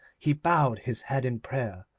he bowed his head in prayer,